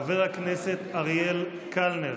מתחייב אני.